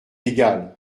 égal